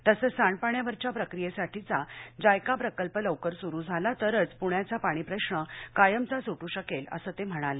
तसंच सांडपाण्यावरच्या प्रक्रियेसाठीचा जायका प्रकल्प लवकर सुरु झाला तरच पुण्याचा पाणी प्रश्न कायमचा सुटू शकेल असं ते म्हणाले